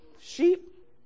sheep